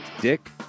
Dick